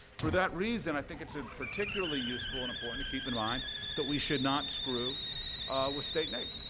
for that reason, i think it's ah particularly useful and important to keep in mind that we should not screw with state naep.